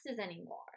anymore